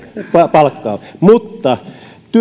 palkata mutta